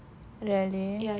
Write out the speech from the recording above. really